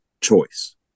choice